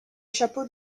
chapeaux